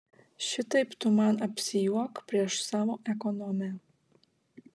šitaip tu man apsijuok prieš savo ekonomę